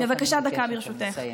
בבקשה, דקה, ברשותך.